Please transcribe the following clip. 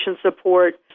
support